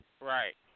Right